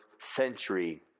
century